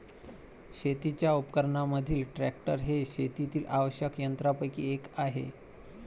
शेतीच्या उपकरणांमधील ट्रॅक्टर हे शेतातील आवश्यक यंत्रांपैकी एक आहे